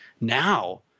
Now